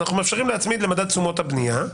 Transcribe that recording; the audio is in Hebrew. אנחנו מאפשרים להצמיד למדד תשומות הבנייה.